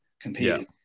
competing